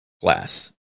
glass